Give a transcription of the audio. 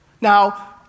Now